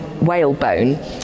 whalebone